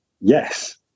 yes